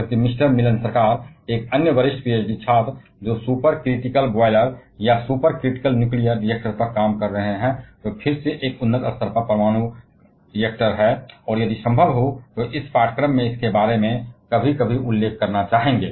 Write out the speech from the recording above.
जबकि मिस्टर मिलन सरकार एक अन्य वरिष्ठ पीएचडी छात्र जो सुपर क्रिटिकल बॉयलर या सुपर क्रिटिकल न्यूक्लियर रिएक्टर पर काम कर रहा है जो फिर से एक उन्नत स्तर का परमाणु रिएक्टर है और यदि संभव हो तो इस पाठ्यक्रम में इसके बारे में कभी कभी उल्लेख करना चाहेंगे